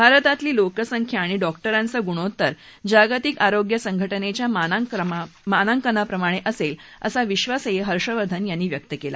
भारतातली लोकसंख्या आणि डॉक्टरांचं गुणोत्तर जागतिक आरोग्य संघटनेच्या मानकांप्रमाणे असेल असा विश्वासही हर्षवर्धन यांनी व्यक्त केला